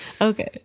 Okay